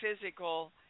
physical